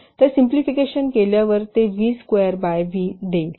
तर सिम्पलीफिकेशन केल्यावर ते व्ही स्कयेर बाय व्ही देईल